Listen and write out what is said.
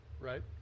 Right